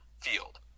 field